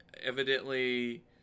Evidently